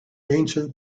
ancient